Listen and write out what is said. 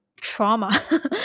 trauma